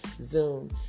Zoom